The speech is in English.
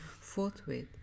forthwith